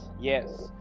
yes